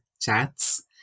chats